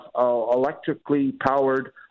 electrically-powered